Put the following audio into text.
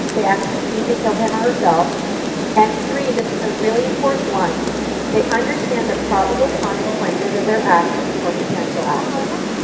they actually mean to kill him or herself and three, this is a really important one they understand the probable consequences of their actions or potential actions.